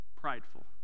prideful